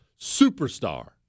superstar